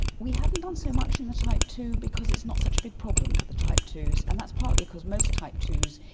we haven't done so much in the type two because it's not such a big problem for the type two s, and that's partly because most type two s,